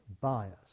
bias